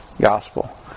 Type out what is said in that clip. gospel